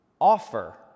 offer